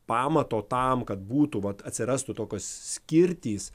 pamato tam kad būtų vat atsirastų tokios skirtys